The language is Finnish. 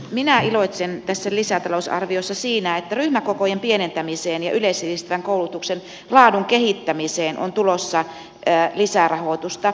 minä iloitsen tässä lisätalousarviossa siitä että ryhmäkokojen pienentämiseen ja yleissivistävän koulutuksen laadun kehittämiseen on tulossa lisärahoitusta